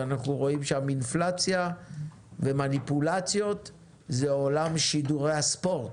ואנחנו רואים שם אינפלציות ומניפולציות זה עולם שידורי הספורט